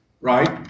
right